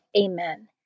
Amen